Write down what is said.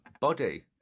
body